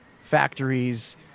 factories